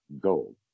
gold